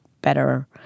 Better